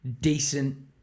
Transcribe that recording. decent